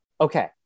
okay